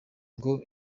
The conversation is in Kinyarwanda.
ngo